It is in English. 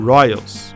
Royals